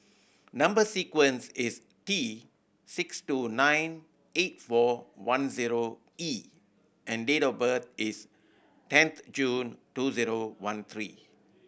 number sequence is T six two nine eight four one zero E and date of birth is tenth June two zero one three